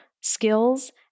skills